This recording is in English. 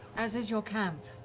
as is your camp.